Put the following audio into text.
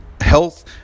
health